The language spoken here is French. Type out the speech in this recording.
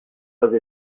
pas